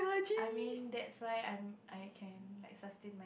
I mean that's why I'm I can like sustain my